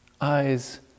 eyes